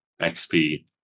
XP